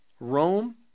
Rome